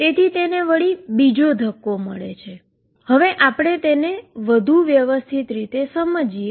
તેથી તેને બીજો ધક્કો મળે છે ચાલો આપણે તેને વધુ વ્યવસ્થિત રીતે સમજીએ